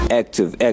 active